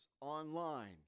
online